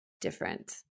different